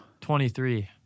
23